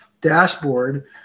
dashboard